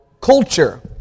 culture